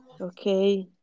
okay